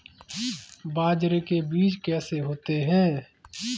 बाजरे के बीज कैसे होते हैं?